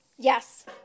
Yes